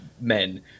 men